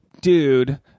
dude